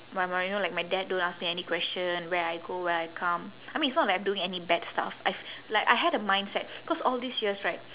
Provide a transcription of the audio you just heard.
my my you know like my dad don't ask me any question where I go where I come I mean it's not like I'm doing any bad stuff I've like I had a mindset cause all these years right